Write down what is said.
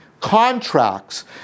contracts